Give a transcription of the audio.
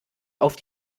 auf